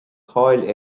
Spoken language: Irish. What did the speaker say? cáil